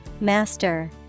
Master